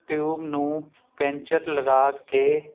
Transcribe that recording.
tube ਨੂੰ puncture ਲਗਾ ਕੇ